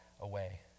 away